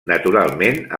naturalment